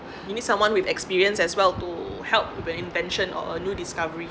you need someone with experience as well to help with the invention or new discovery